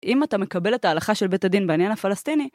אם אתה מקבל את ההלכה של בית הדין בעניין הפלשתיני,